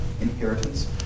Inheritance